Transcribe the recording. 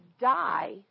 die